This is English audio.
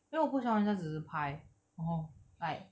因为我不喜欢人家只是拍 orh like